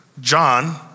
John